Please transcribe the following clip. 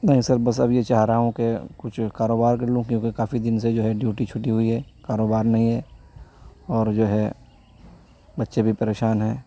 نہیں سر بس اب یہ چاہ رہا ہوں کہ کچھ کاروبار کر لوں کیونکہ کافی دن سے جو ہے ڈیوٹی چھٹی ہوئی ہے کاروبار نہیں ہے اور جو ہے بچے بھی پریشان ہیں